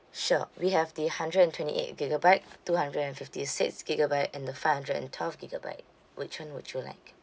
sure we have the hundred and twenty eight gigabyte two hundred and fifty six gigabyte and the five hundred and twelve gigabyte which one would you like